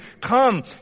Come